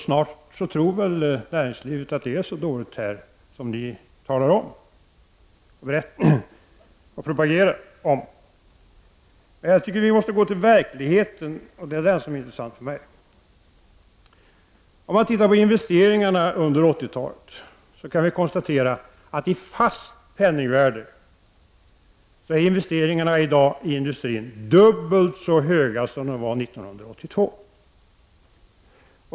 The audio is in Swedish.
Snart tror man väl inom näringslivet att det är så dåligt här som man säger i sin propaganda. Jag tycker att vi måste gå till verkligheten — det är den som är intressant för mig. Om man tittar på investeringarna under 1980-talet kan man konstatera att investeringarna i industrin i dag i fast penningvärde är dubbelt så höga som de var 1982.